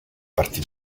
parti